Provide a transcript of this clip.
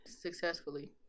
successfully